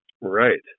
Right